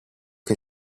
che